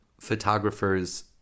photographers